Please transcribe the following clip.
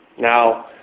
Now